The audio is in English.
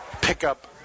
pickup